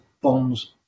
bonds